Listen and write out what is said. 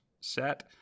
set